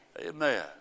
Amen